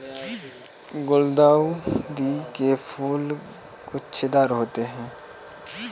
गुलदाउदी के फूल गुच्छेदार होते हैं